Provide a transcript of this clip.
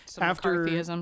after-